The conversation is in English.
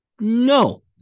no